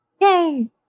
Yay